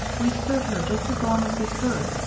we stood her just as long as we could,